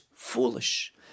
foolish